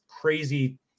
crazy